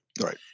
right